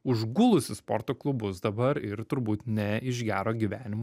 užgulusi sporto klubus dabar ir turbūt ne iš gero gyvenimo